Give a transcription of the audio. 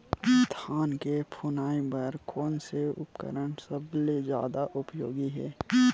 धान के फुनाई बर कोन से उपकरण सबले जादा उपयोगी हे?